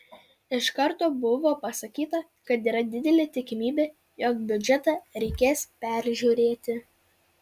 iš karto buvo pasakyta kad yra didelė tikimybė jog biudžetą reikės peržiūrėti